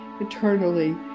eternally